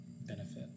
benefit